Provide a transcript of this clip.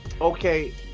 okay